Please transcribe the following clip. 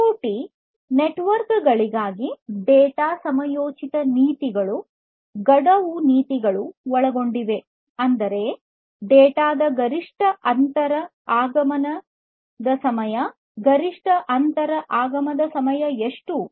IoT network ಗಳಿಗಾಗಿ data ಸಮಯೋಚಿತ ನೀತಿಗಳು ಗಡುವು ನೀತಿಯನ್ನು ಒಳಗೊಂಡಿವೆ ಅಂದರೆ ಡೇಟಾ ದ ಗರಿಷ್ಠ ಅಂತರ ಆಗಮನದ ಸಮಯ ಗರಿಷ್ಠ ಅಂತರ ಆಗಮನದ ಸಮಯ ಎಷ್ಟು